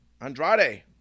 andrade